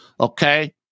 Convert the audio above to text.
Okay